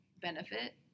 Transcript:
benefit